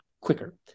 quicker